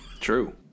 True